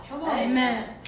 Amen